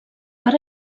per